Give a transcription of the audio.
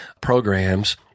programs